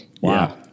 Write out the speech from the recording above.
Wow